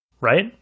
Right